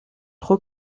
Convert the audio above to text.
trop